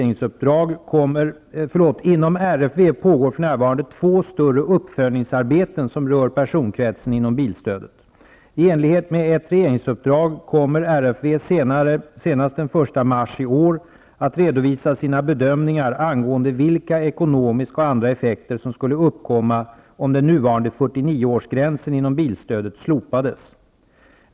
Inom RFV pågår för närvarande två större uppföljningsarbeten som rör personkretsen inom bilstödsområdet. I enlighet med ett regeringsuppdrag kommer RFV senast den 1 mars i år att redovisa sina bedömningar angående vilka ekonomiska och andra effekter som skulle uppkomma om den nuvarande 49-årsgränsen när det gäller bilstödet slopades.